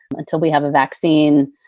until we have a vaccine,